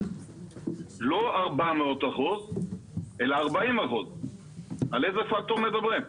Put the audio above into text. לא 400% אלא 40%. על איזה פקטור מדברים?